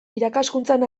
irakaskuntzan